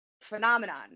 phenomenon